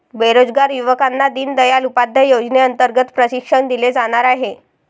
बेरोजगार युवकांना दीनदयाल उपाध्याय योजनेअंतर्गत प्रशिक्षण दिले जाणार आहे